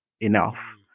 enough